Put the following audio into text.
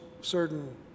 certain